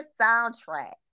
soundtrack